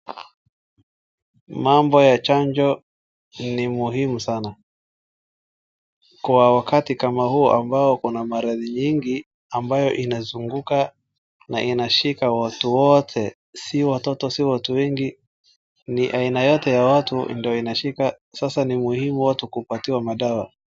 Mambo ya chanjo ni muhimu sana, kwa wakati kama huu ambao kuna maradhi nyingi ambayo inazunguka na inashika watu wote, si watoto si watu wengi, ni aina yote ya watu ndio inashika sasa ni muhimu watu kupatiwa madawa.